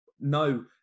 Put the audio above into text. no